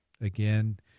Again